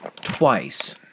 twice